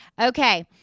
Okay